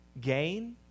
gain